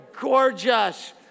gorgeous